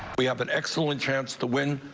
we have an excellent chance to win.